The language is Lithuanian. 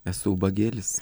esu ubagėlis